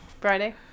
Friday